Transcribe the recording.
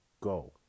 go